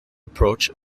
approach